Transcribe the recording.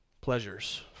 pleasures